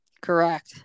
Correct